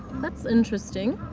that's interesting.